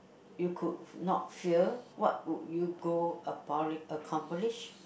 you could not fail what would you go abo~ accomplish